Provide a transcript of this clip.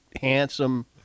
handsome